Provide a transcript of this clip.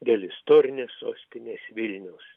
dėl istorinės sostinės vilniaus